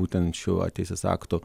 būtent šiuo teisės akto